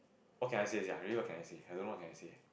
what can I say sia really what can I say I don't know what can I say